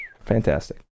fantastic